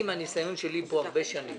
עם הניסיון שלי פה הרבה שנים,